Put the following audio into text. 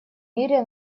мире